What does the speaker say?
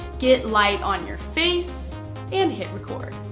get light on your face and hit record.